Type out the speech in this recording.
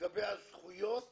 לגבי הזכויות